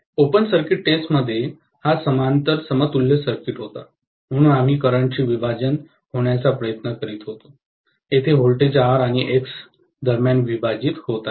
open circuit टेस्टमध्ये हा समांतर समतुल्य सर्किट होता म्हणून आम्ही करंट चे विभाजन होण्याचा प्रयत्न करीत होतो येथे व्होल्टेज R आणि X दरम्यान विभाजित होत आहे